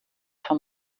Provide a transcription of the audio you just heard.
von